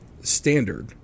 standard